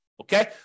Okay